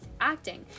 acting